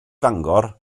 fangor